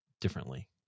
differently